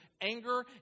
anger